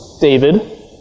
David